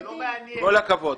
כל הכבוד.